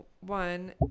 one